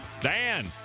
Dan